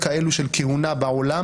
פרלמנטרי בעולם,